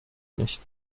nicht